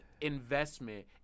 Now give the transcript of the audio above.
investment